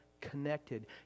connected